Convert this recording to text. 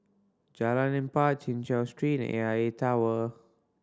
Jalan Empat Chin Chew Street A I A Tower